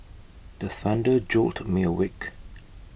the thunder jolt me awake